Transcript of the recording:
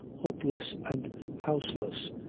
hopeless and houseless,